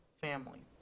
family